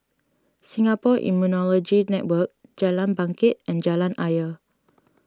Singapore Immunology Network Jalan Bangket and Jalan Ayer